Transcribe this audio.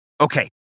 Okay